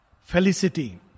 felicity